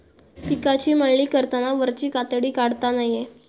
पिकाची मळणी करताना वरची कातडी काढता नये